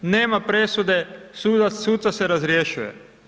Nema presude, suca se razrješuje.